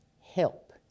help